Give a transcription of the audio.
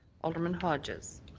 alderman hodges.